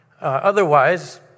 Otherwise